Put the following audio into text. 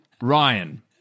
Ryan